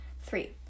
Three